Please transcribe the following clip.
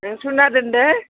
नों सुना दोन दे